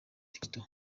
digital